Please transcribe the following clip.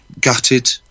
gutted